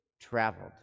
traveled